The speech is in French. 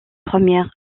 premières